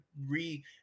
re